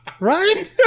Right